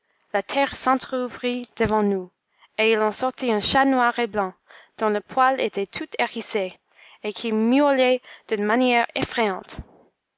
la terre s'entr'ouvrit devant nous et il en sortit un chat noir et blanc dont le poil était tout hérissé et qui miaulait d'une manière effrayante